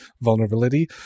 vulnerability